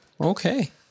Okay